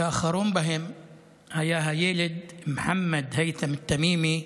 שהאחרון בהם היה הילד מוחמד היית'ם תמימי,